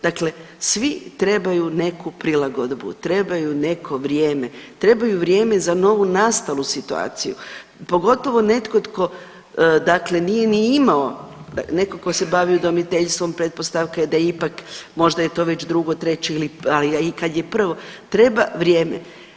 Dakle svi trebaju neku prilagodbu, trebaju neko vrijeme, trebaju vrijeme za novonastalu situaciju, pogotovo netko tko dakle nije ni imao, netko tko se bavi udomiteljstvom, pretpostavka je da ipak možda je to već drugo, treće, ili, a i kad je prvo, treba vrijeme.